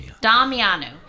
Damiano